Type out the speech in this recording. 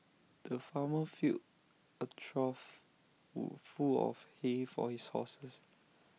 the farmer filled A trough full of hay for his horses